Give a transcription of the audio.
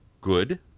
Good